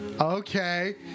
Okay